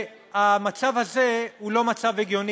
והמצב הזה הוא לא מצב הגיוני.